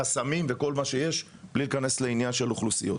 חסמים וכל מה שיש בלי להיכנס לעניין של אוכלוסיות.